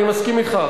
אני מסכים אתך,